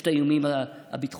יש את האיומים הביטחוניים.